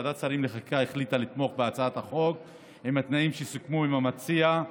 ועדת שרים לחקיקה החליטה לתמוך בהצעת החוק עם התנאים שסוכמו עם המציע.